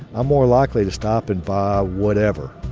ah more likely to stop and buy whatever.